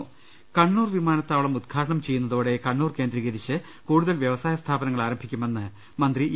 രി കണ്ണൂർ വിമാനത്താവളം ഉദ്ഘാടനം ചെയ്യുന്നതോടെ കണ്ണൂർ കേന്ദ്രീ കരിച്ച് കൂടുതൽ വ്യവസായ സ്ഥാപനങ്ങൾ ആരംഭിക്കുമെന്ന് മന്ത്രി ഇ